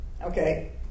Okay